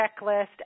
checklist